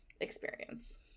experience